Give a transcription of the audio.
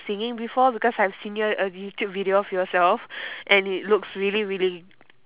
singing before because I've seen a youtube video of yourself and it looks really really